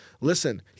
listen